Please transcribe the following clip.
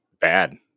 bad